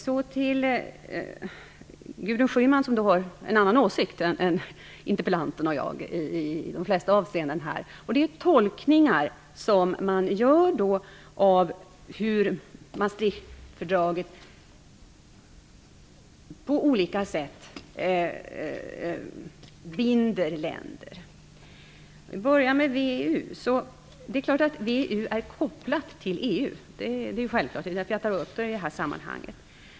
Så till Gudrun Schyman, som har en annan åsikt än interpellanten och jag i de flesta avseenden här. Det gäller tolkningar som man gör av hur Maastrichtfördraget på olika sätt binder länder. Jag tar då först upp VEU. Det är självklart att VEU är kopplat till EU - det är därför som jag nämner det i detta sammanhang.